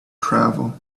travel